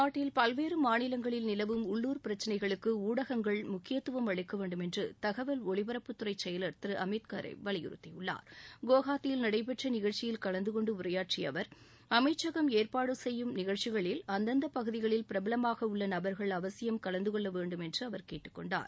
நாட்டில் பல்வேறு மாநிலங்களில் நிலவும் உள்ளூர் பிரச்சினைகளுக்கு ஊடகங்கள் முக்கியத்துவம் அளிக்க வேண்டும் என்று தகவல் ஒலிபரப்பு அமைச்சக செயலர் திரு அமித்கரே வலியுறுத்தியுள்ளார் குவாஹாத்தியில் நடைபெற்ற நிகழ்ச்சியில் கலந்து கொண்டு உரையாற்றிய அவா் அமைச்சகம் ஏற்பாடு செய்யும் நிகழ்ச்சிகளில் அந்தந்த பகுதிகளில் பிரபலமாக உள்ள நபர்கள் அவசியம் கலந்து கொள்ள வேண்டும் என்று அவர் கேட்டுக்கொண்டார்